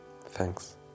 Thanks